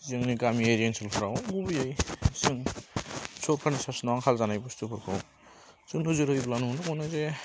जोंनि गामियारि ओनसोलफ्राव गुबैयै जों सरखारनि सासनाव आंखाल जानाय बस्थुफोरखौ जों रुजुलायोब्ला न'आवनो मोनो जे